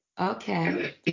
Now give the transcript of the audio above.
Okay